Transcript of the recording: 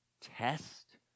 test